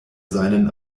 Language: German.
seinen